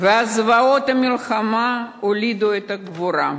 וזוועות המלחמה הולידו את הגבורה.